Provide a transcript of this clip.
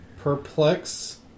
Perplex